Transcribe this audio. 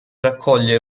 raccoglie